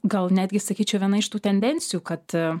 gal netgi sakyčiau viena iš tų tendencijų kad